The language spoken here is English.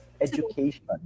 education